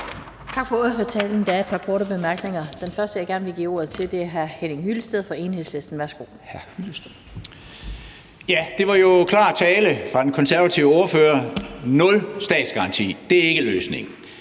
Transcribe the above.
Det var jo klar tale fra den konservative ordfører: Nul statsgaranti – det er ikke løsningen.